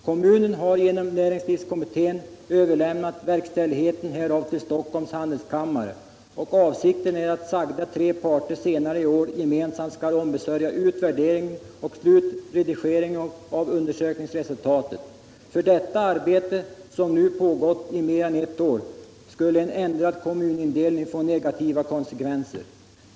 Kommunen har genom Näringslivskommittén överlämnat verkställigheten härav till Stockholms handelskammare, och avsikten är att sagda tre parter senare i år gemensamt skall ombesörja utvärderingen och slutredigeringen av undersökningsresultatet. För detta arbete, som nu pågått i mer än ett år, skulle en ändrad kommunindelning få negativa konsekvenser.